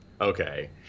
Okay